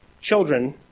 children